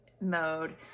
mode